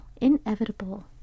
Inevitable